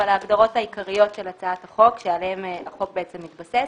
אבל ההגדרות העיקריות של הצעת החוק שעליהן החוק מתבסס,